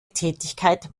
tätigkeit